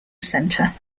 centre